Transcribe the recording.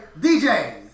DJs